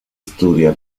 estudia